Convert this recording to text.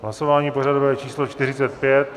Hlasování pořadové číslo 45.